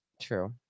True